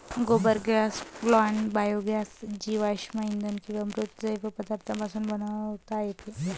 गोबर gas plant biogas जीवाश्म इंधन किंवा मृत जैव पदार्थांपासून बनवता येतो